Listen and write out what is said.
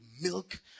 milk